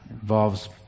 involves